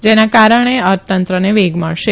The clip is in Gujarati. જેના કારણે અર્થતંત્રને વેગ મળશે